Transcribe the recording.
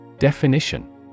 Definition